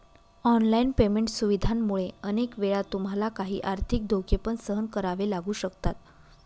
online payment सुविधांमुळे अनेक वेळा तुम्हाला काही आर्थिक धोके पण सहन करावे लागू शकतात